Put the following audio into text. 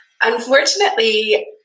Unfortunately